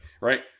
right